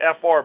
FR